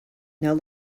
now